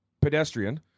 pedestrian